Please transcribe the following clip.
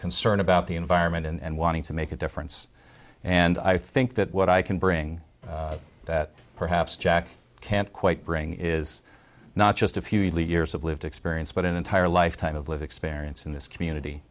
concern about the environment and wanting to make a difference and i think that what i can bring that perhaps jack can't quite bring is not just a few years of lived experience but an entire lifetime of live experience in this community